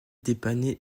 dépanner